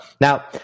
Now